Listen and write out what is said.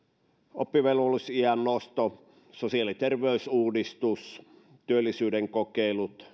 oppivelvollisuusiän nostoa sosiaali ja terveysuudistusta työllisyyden kokeiluja